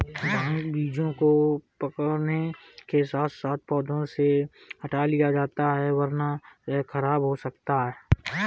भांग के बीजों को पकने के साथ साथ पौधों से हटा लिया जाता है वरना यह खराब हो जाता है